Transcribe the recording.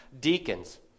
deacons